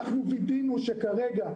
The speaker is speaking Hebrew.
אנחנו וידאנו שכרגע,